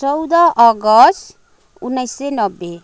चौध अगस्त उन्नाइस सय नब्बे